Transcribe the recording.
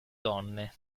donne